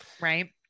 Right